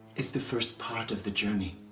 is the first part of the journey.